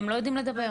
הם לא יודעים לדבר,